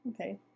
Okay